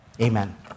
Amen